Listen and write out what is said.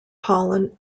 pollen